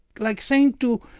like saying to,